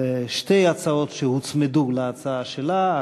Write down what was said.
שתי הצעות שהוצמדו להצעה שלה,